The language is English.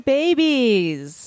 babies